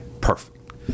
Perfect